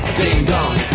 ding-dong